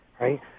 Right